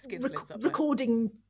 recording